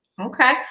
Okay